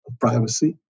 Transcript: privacy